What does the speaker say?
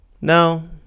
No